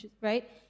right